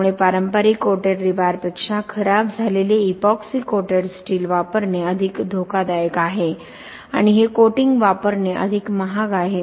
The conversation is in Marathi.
त्यामुळे पारंपारिक कोटेड रीबारपेक्षा खराब झालेले इपॉक्सी कोटेड स्टील वापरणे अधिक धोकादायक आहे आणि हे कोटिंग वापरणे अधिक महाग आहे